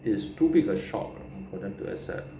is too big a shock for them to accept